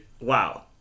Wow